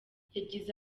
yagize